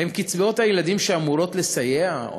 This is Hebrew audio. האם קצבאות הילדים שאמורות לסייע או